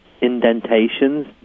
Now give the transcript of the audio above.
Indentations